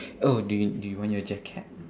oh do you do you want your jacket